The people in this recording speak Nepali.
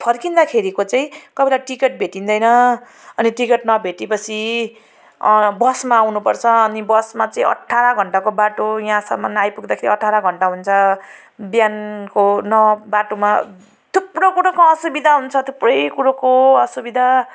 फर्किँदाखेरिको चाहिँ कोही बेला टिकट भेटिँदैन अनि टिकट नभेटे पछि बसमा आउनु पर्छ अनि बसमा चाहिँ अठार घण्टाको बाटो यहाँसम्म आइपुग्दाखेरि अठार घण्टा हुन्छ बिहानको न बाटोमा थुप्रो कुरोको असुविधा हुन्छ थुप्रै कुरोको असुविधा